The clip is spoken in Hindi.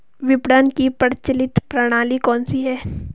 विपणन की प्रचलित प्रणाली कौनसी है?